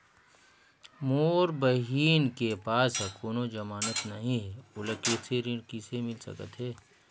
मोर बहिन के पास ह कोनो जमानत नहीं हे, ओला कृषि ऋण किसे मिल सकत हे?